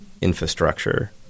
infrastructure